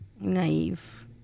naive